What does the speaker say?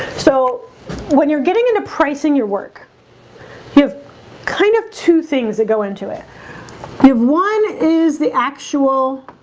so when you're getting into pricing your work you have kind of two things that go into it if one is the actual